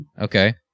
Okay